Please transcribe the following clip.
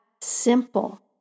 simple